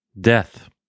death